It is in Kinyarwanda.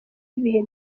ibihe